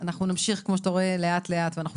אנחנו נמשיך לאט לאט את הדיונים,